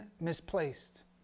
misplaced